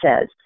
says